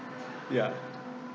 ya